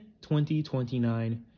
2029